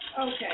Okay